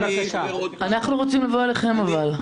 אנחנו רוצים לבוא אליכם אבל.